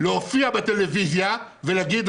להופיע בטלוויזיה ולהגיד,